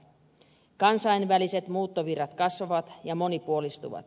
kansainväliset muuttovirrat kasvavat ja monipuolistuvat